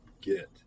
get